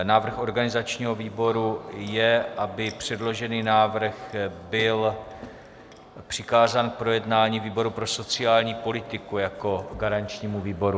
Návrh organizačního výboru je, aby předložený návrh byl přikázán k projednání výboru pro sociální politiku jako garančnímu výboru.